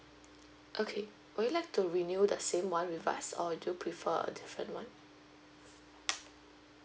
okay would you like to renew the same one with us or do you prefer a different one